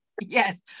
Yes